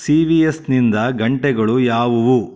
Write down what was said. C V ಎಸ್ನಿಂದ ಗಂಟೆಗಳು ಯಾವುವು